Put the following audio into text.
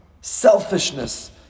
Selfishness